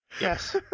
Yes